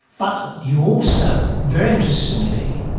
but you also, very interestingly,